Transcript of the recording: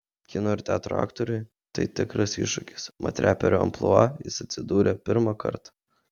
kino ir teatro aktoriui tai tikras iššūkis mat reperio amplua jis atsidūrė pirmą kartą